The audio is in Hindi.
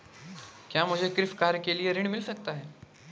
क्या मुझे कृषि कार्य के लिए ऋण मिल सकता है?